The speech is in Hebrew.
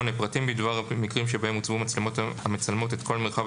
פרטים בדבר המקרים שבהם הוצבו מצלמות המצלמות את כל המרחב